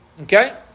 Okay